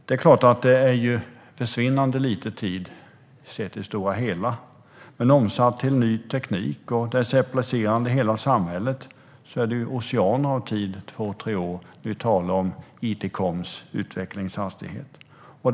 Sett i det stora hela är detta försvinnande lite tid, men omsatt till ny teknik och dess applicerande i samhället - när vi talar om it-kommunikationens utvecklingshastighet - är två tre år oceaner av tid.